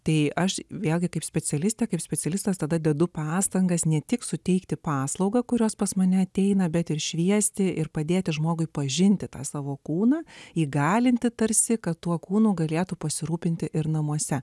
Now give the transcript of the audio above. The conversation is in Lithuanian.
tai aš vėlgi kaip specialistė kaip specialistas tada dedu pastangas ne tik suteikti paslaugą kurios pas mane ateina bet ir šviesti ir padėti žmogui pažinti tą savo kūną įgalinti tarsi kad tuo kūnu galėtų pasirūpinti ir namuose